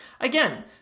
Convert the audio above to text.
again